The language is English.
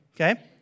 Okay